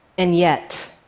and yet,